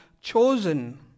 chosen